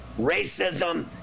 racism